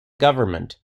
government